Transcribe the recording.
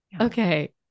okay